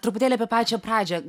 truputėlį apie pačią pradžią